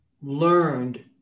learned